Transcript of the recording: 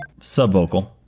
Subvocal